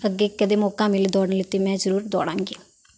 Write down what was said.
ਅੱਗੇ ਕਦੇ ਮੌਕਾ ਮਿਲੇ ਦੌੜਨ ਲਈ ਤਾਂ ਮੈਂ ਜ਼ਰੂਰ ਦੌੜਾਂਗੀ